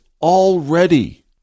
already